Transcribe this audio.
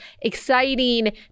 exciting